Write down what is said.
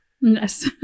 Yes